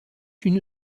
une